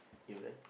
you're right